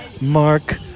Mark